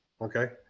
Okay